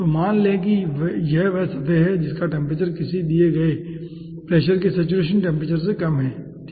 तो मान लें कि यह वह सतह है जिसका टेम्परेचर किसी दिए गए प्रेशर के सेचुरेशन टेम्परेचर से कम है ठीक है